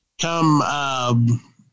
come